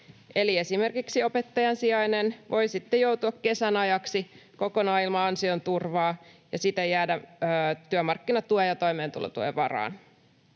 esimerkiksi opettajan sijainen voi sitten joutua kesän ajaksi kokonaan ilman ansioturvaa ja siitä jäädä työmarkkinatuen ja toimeentulotuen varaan.